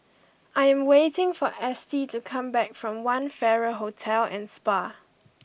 I am waiting for Estie to come back from One Farrer Hotel and Spa